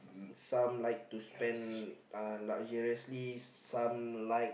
some like to spend uh luxuriously some like